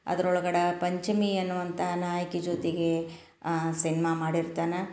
ಅದ್ರೊಳ್ಗಡೆ ಆ ಪಂಚಮಿ ಅನ್ನುವಂಥ ನಾಯಕಿ ಜೊತೆಗೆ ಸಿನ್ಮಾ ಮಾಡಿರ್ತಾನೆ